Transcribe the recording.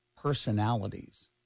personalities